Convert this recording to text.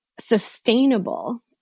sustainable